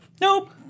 Nope